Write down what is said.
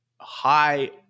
high